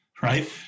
right